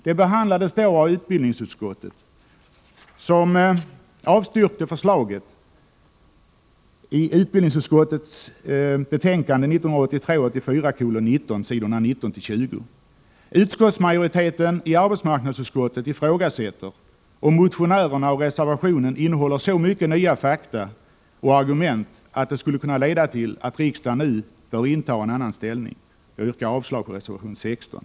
Det behandlades då av utbildningsutskottet, som avstyrkte förslaget i utbildningsutskottets betänkande 1983/84:19, s. 19-20. Majoriteten i arbetsmarknadsutskottet ifrågasätter om motionärerna och reservanterna för fram några nya fakta och argument av sådant slag att riksdagen nu bör inta en annan ställning. Jag yrkar avslag på reservation nr 16.